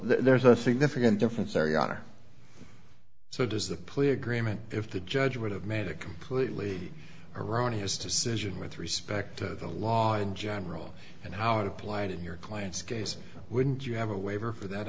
there's a significant difference there your honor so does the plea agreement if the judge would have made a completely erroneous decision with respect to the law in general and how it applied in your client's case wouldn't you have a waiver for that